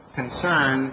concern